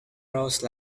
rose